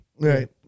Right